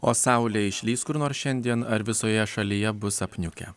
o saulė išlįs kur nors šiandien ar visoje šalyje bus apniukę